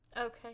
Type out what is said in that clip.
Okay